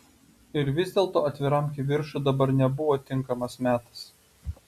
ir vis dėlto atviram kivirčui dabar nebuvo tinkamas metas